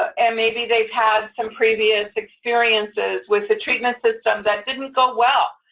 and maybe they've had some previous experiences with the treatment system that didn't go well,